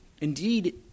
Indeed